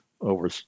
over